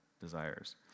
desires